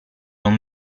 non